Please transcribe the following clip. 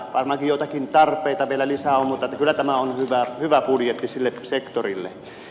varmaankin joitakin tarpeita vielä lisää on mutta kyllä tämä on hyvä budjetti sille sektorille